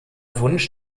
wunsch